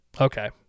Okay